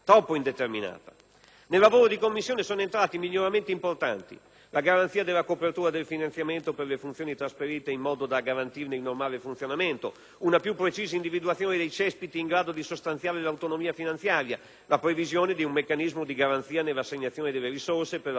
Nel lavoro di Commissione sono stati introdotti miglioramenti importanti: la garanzia della copertura del finanziamento per le funzioni trasferite, in modo da garantirne il normale funzionamento; una più precisa individuazione dei cespiti in grado di sostanziare l'autonomia finanziaria; la previsione di un meccanismo di garanzia nell'assegnazione delle risorse per la fase transitoria